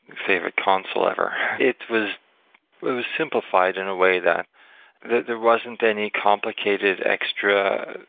favorite console ever. it was it was simplified in a way that that there wasn't any complicated extra,